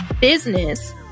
business